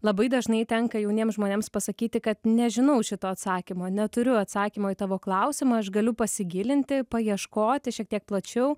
labai dažnai tenka jauniems žmonėms pasakyti kad nežinau šito atsakymo neturiu atsakymo į tavo klausimą aš galiu pasigilinti paieškoti šiek tiek plačiau